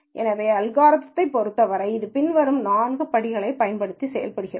எனவே அல்காரிதம்யைப் பொறுத்தவரை இது பின்வரும் நான்கு படிகளைப் பயன்படுத்தி செய்யப்படுகிறது